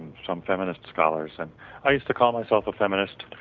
and some feminist scholars. and i used to call myself a feminist,